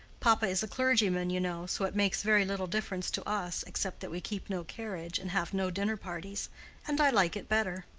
papa is a clergyman, you know, so it makes very little difference to us, except that we keep no carriage, and have no dinner parties and i like it better.